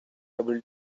able